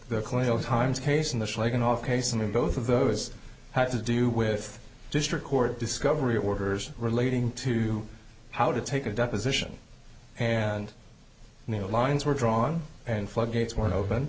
case and both of those had to do with district court discovery orders relating to how to take a deposition and the lines were drawn and floodgates weren't open